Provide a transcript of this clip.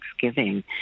Thanksgiving